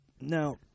now